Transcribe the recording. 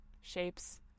shapes